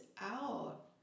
out